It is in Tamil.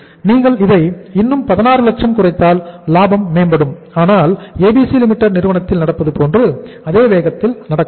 நீங்கள் இதை இன்னும் 16 லட்சம் குறைத்தால் லாபம் மேம்படும் ஆனால் ABC Limited நிறுவனத்தில் நடப்பது போன்று அதேவேகத்தில் நடக்காது